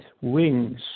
wings